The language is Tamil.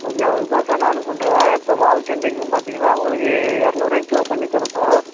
ஓகே அதுதான் சார் நானும் சொல்கிறேன் இப்போ வால்கெண்டைக்கின்னு பார்த்தீங்கன்னா உங்களுக்கு இரநூறுவாய்க்கி கிலோ பண்ணித்தரோம் சார்